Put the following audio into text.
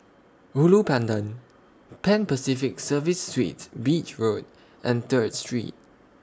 Ulu Pandan Pan Pacific Serviced Suites Beach Road and Third Street